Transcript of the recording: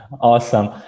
Awesome